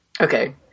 Okay